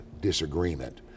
disagreement